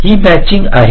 ही मॅचिंगआहे